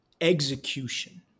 execution